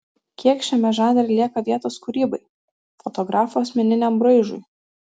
kiek šiame žanre lieka vietos kūrybai fotografo asmeniniam braižui